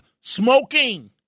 smoking